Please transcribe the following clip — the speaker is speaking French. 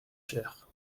cher